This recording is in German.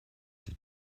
die